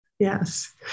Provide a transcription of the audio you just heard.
Yes